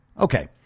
Okay